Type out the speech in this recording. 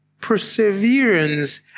perseverance